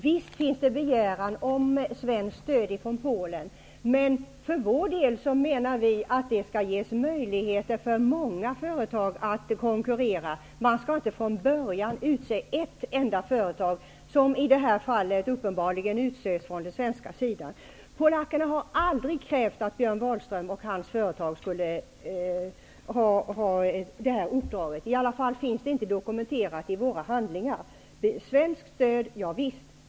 Visst finns det en begäran om svenskt stöd från Polen. Men vi menar att många företag skall ges möjligheter att konkurrera. Man skall inte från början utse ett enda företag -- som i det här fallet har skett från svensk sida. Polackerna har aldrig krävt att Björn Wahlström och hans företag skulle få uppdraget. I varje fall finns det inte dokumenterat i våra handlingar. Svenskt stöd -- javisst!